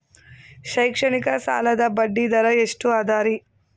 ಶೈಕ್ಷಣಿಕ ಸಾಲದ ಬಡ್ಡಿ ದರ ಎಷ್ಟು ಅದರಿ?